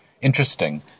interesting